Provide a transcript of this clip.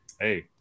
Hey